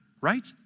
right